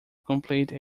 complete